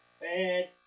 bad